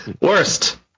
Worst